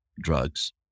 drugs